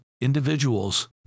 individuals